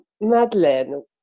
Madeline